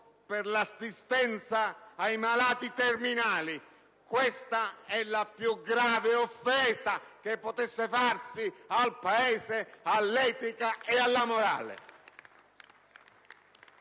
per l'assistenza ai malati terminali. Questa è la più grave offesa che potesse farsi al Paese, all'etica e alla morale!